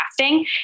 casting